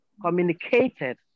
communicated